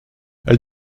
elle